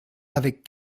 avec